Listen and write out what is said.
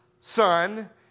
son